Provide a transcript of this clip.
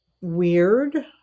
weird